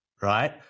right